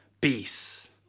Peace